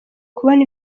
kubona